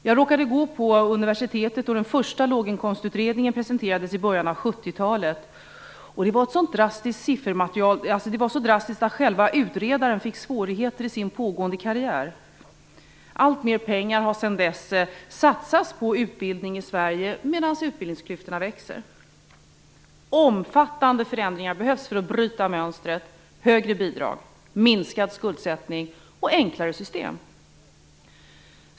Jag råkade gå på universitetet då den första låginkomstutredningen presenterades i början av 70-talet, och det var ett sådant drastiskt siffermaterial att utredaren fick svårigheter i sin pågående karriär. Alltmer pengar har sedan dess satsats på utbildning i Sverige, medan utbildningsklyftorna växer. Omfattande förändringar behövs för att bryta mönstret: högre bidrag, minskad skuldsättning och enklare system.